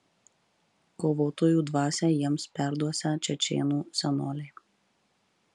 kovotojų dvasią jiems perduosią čečėnų senoliai